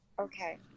Okay